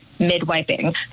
mid-wiping